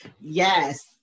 Yes